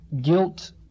guilt